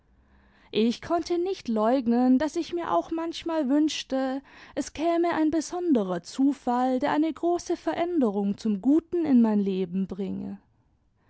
ich konnte nict leugnen daß ich mir auch manchmal wünschte es käme ein besonderer zufall der eine große veränderung zum guten in mein leben bringe